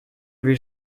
bir